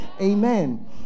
Amen